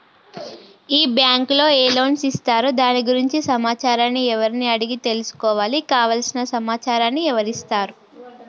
ఈ బ్యాంకులో ఏ లోన్స్ ఇస్తారు దాని గురించి సమాచారాన్ని ఎవరిని అడిగి తెలుసుకోవాలి? కావలసిన సమాచారాన్ని ఎవరిస్తారు?